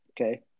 Okay